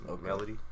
melody